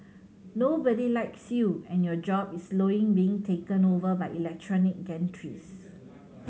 nobody likes you and your job is slowly being taken over by electronic gantries